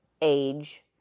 age